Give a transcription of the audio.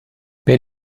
per